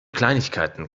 kleinigkeiten